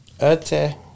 Okay